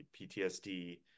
PTSD